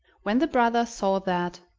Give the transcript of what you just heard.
when the brother saw that,